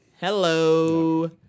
Hello